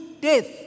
death